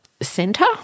center